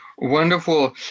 Wonderful